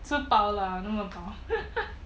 吃饱了那么饱